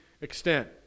extent